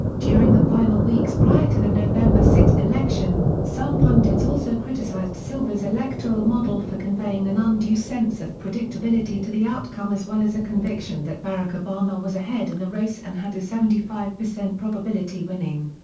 during the final weeks prior to the november sixth election, some pundits also criticized silver's electoral model for conveying an undue sense of predictability to the outcome as well as a conviction that barack obama was ahead in and the race and had a seventy five percent probability winning.